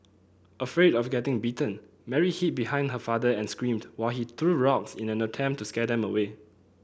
afraid of getting bitten Mary hid behind her father and screamed while he threw rocks in an attempt to scare them away